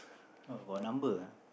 oh got number ah